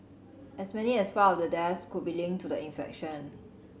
as many as five of the deaths could be linked to the infection